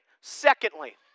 secondly